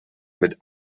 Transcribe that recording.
mit